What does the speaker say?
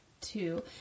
two